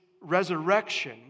resurrection